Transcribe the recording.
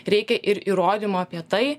reikia ir įrodymo apie tai